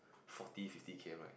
forty fifty K_M right